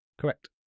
Correct